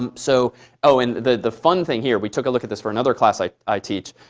um so oh and the fun thing here we took a look at this for another class i i teach.